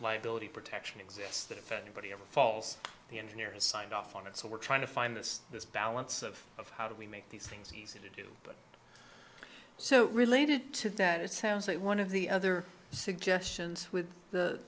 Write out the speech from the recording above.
liability protection exists that if anybody ever falls the engineer has signed off on it so we're trying to find this this balance of of how do we make these things easy to do but so related to that it sounds like one of the other suggestions with the